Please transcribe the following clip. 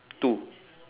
two